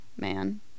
man